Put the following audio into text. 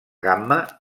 gamma